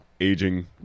Aging